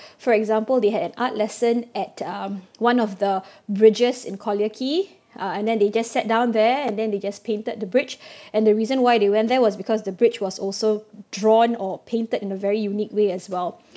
for example they had an art lesson at um one of the bridges in collyer quay uh and then they just sat down there and then they just painted the bridge and the reason why they went there was because the bridge was also drawn or painted in a very unique way as well